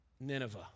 Nineveh